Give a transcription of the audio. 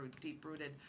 deep-rooted